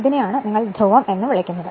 ഇതിനെ ആണ് നിങ്ങൾ ധ്രുവം എന്ന് വിളിക്കുന്നത്